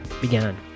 began